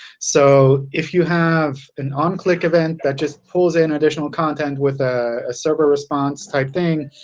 so if you have an onclick event that just pulls in additional content with a server response type thing,